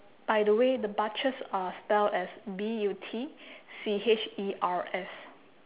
by the way the butchers uh spelled as B U T C H E R S